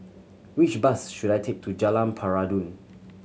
which bus should I take to Jalan Peradun